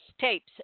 tapes